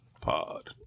Pod